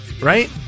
Right